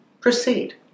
proceed